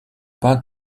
pas